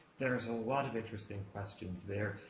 there's a lot of interesting questions there,